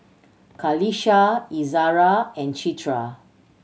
Qalisha Izzara and Citra